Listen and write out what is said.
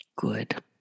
Good